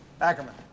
Ackerman